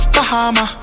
Bahama